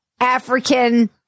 African